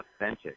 authentic